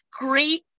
great